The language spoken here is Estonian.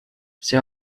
see